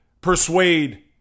persuade